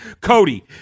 Cody